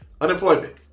unemployment